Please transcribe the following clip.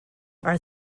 are